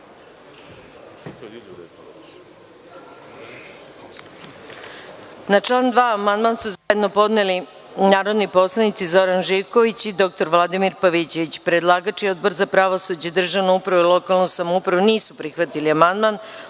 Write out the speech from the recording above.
Na član 2. amandman su zajedno podneli narodni poslanici Zoran Živković i dr Vladimir Pavićević. Predlagač i Odbor za pravosuđe, državnu upravu i lokalnu samoupravu nisu prihvatili amandman. Odbor